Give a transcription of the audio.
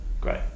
great